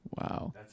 Wow